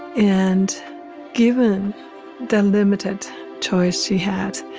and given the limited choice he had,